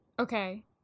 okay